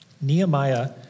Nehemiah